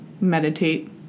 meditate